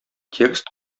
текст